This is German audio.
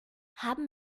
haben